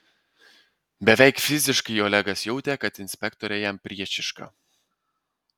beveik fiziškai olegas jautė kad inspektorė jam priešiška